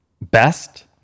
best